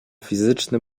fizyczny